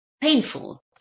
painful